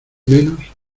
menos